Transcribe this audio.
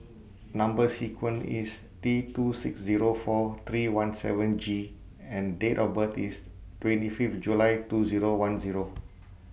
Number sequence IS T two six Zero four three one seven G and Date of birth IS twenty Fifth July two Zero one Zero